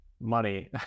money